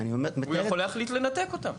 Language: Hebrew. הוא יכול להחליט לנתק אותם.